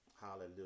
Hallelujah